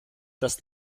das